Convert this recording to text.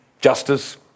justice